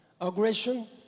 aggression